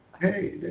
Hey